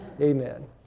Amen